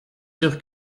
sûr